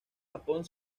japón